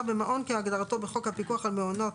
במעון כהגדרתו בחוק הפיקוח על מעונות,